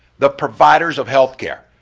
the providers of health care.